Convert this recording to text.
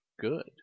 Good